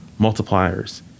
multipliers